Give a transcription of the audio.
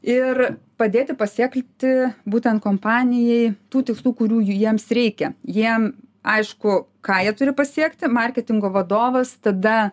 ir padėti pasiekti būtent kompanijai tų tikslų kurių jiems reikia jiem aišku ką jie turi pasiekti marketingo vadovas tada